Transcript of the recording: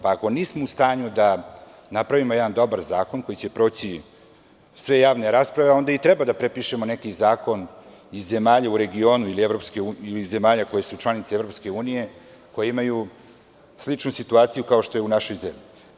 Pa ako nismo u stanju da napravimo jedan dobar zakon koji će proći sve javne rasprave, onda i treba da prepišemo neki zakon iz zemalja u regionu ili Evropske unije, ili iz zemalja koje su članice Evropske unije, koje imaju sličnu situaciju, kao što je u našoj zemlji.